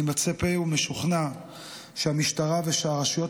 אני מצפה ומשוכנע שהמשטרה והרשויות